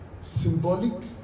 symbolic